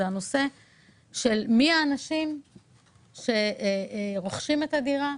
וזה הנושא של מי האנשים שרוכשים את הדירה,